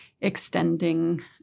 extending